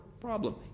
problem